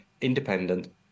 independent